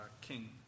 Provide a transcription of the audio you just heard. King